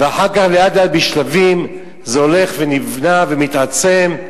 ואחר כך, לאט-לאט, בשלבים, זה הולך ונבנה ומתעצם.